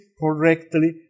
correctly